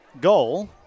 goal